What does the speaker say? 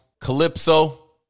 Calypso